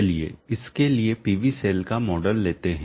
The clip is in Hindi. चलिए इसके लिए पीवी सेल का मॉडल लेते हैं